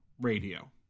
radio